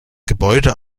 gebäude